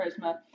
Charisma